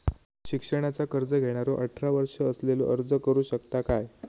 शिक्षणाचा कर्ज घेणारो अठरा वर्ष असलेलो अर्ज करू शकता काय?